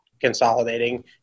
consolidating